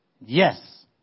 Yes